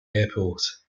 airport